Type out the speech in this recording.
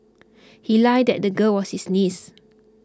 he lied that the girl was his niece